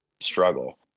struggle